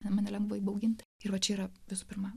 tame nelengva įbauginti ir va čia yra visų pirma